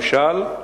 למשל,